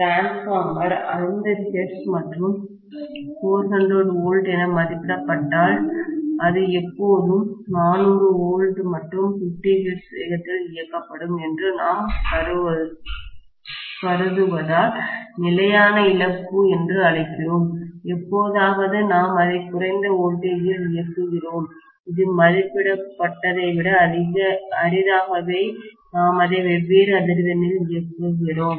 transformer 50 hertz மற்றும் 400 V என மதிப்பிடப்பட்டால் அது எப்போதும் 400 V மற்றும் 50 Hz வேகத்தில் இயக்கப்படும் என்று நாம் கருதுவதால் நிலையான இழப்பு என்று அழைக்கிறோம் எப்போதாவது நாம் அதை குறைந்த வோல்டேஜ் இல் இயக்குகிறோம் இது மதிப்பிடப்பட்டதை விட அரிதாகவே நாம் அதை வெவ்வேறு அதிர்வெண்ணில் இயக்குகிறோம்